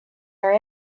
are